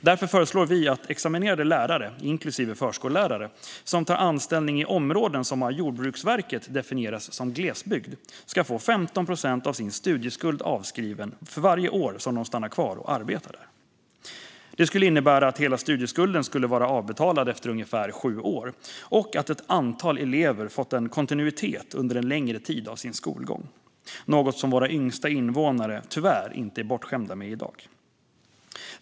Därför föreslår vi att examinerade lärare, inklusive förskollärare, som tar anställning i områden som av Jordbruksverket definieras som glesbygd ska få 15 procent av sin studieskuld avskriven för varje år som de stannar kvar och arbetar där. Det skulle innebära att hela studieskulden skulle vara avbetald efter ungefär sju år och att ett antal elever fått en kontinuitet under en längre tid av sin skolgång, något som våra yngsta invånare tyvärr inte är bortskämda med i dag.